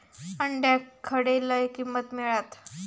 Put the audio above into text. अंड्याक खडे लय किंमत मिळात?